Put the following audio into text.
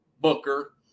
Booker